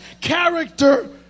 character